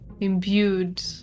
imbued